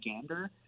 Gander